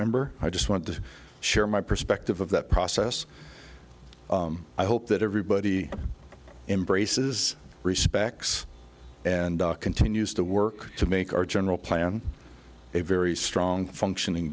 member i just want to share my perspective of that process i hope that everybody embraces respects and continues to work to make our general plan a very strong functioning